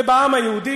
ובעם היהודי,